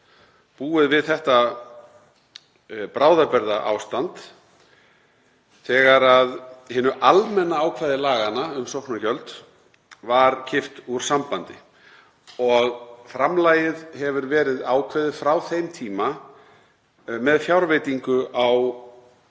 búið við þetta bráðabirgðaástand þegar hinu almenna ákvæði laganna um sóknargjöld var kippt úr sambandi og framlagið hefur verið ákveðið frá þeim tíma með fjárveitingu á